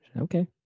Okay